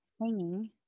hanging